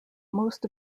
most